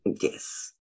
Yes